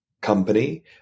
company